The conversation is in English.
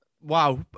Wow